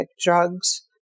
drugs